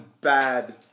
bad